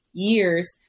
years